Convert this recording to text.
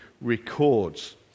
records